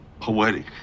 poetic